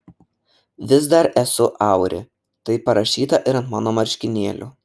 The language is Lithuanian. vis dar esu auri taip parašyta ir ant mano marškinėlių